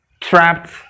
Trapped